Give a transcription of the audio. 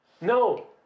no